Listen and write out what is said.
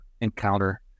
encounter